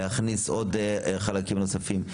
להכניס עוד חלקים נוספים,